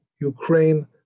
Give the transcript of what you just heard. Ukraine